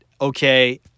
Okay